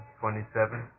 twenty-seven